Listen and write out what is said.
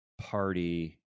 party